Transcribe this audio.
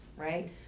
right